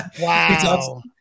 Wow